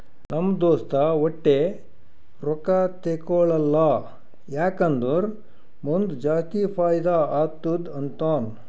ನಮ್ ದೋಸ್ತ ವಟ್ಟೆ ರೊಕ್ಕಾ ತೇಕೊಳಲ್ಲ ಯಾಕ್ ಅಂದುರ್ ಮುಂದ್ ಜಾಸ್ತಿ ಫೈದಾ ಆತ್ತುದ ಅಂತಾನ್